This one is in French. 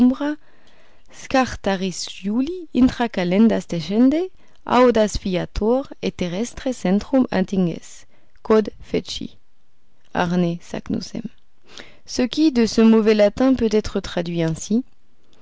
et terrestre centrum attinges kod feci arne saknussem ce qui de ce mauvais latin peut être traduit ainsi